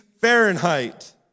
Fahrenheit